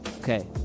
Okay